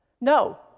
no